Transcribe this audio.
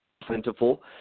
plentiful